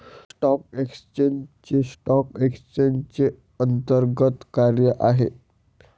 stock exchange हे stock एक्सचेंजचे अंतर्गत कार्य आहे